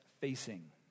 facing